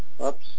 Oops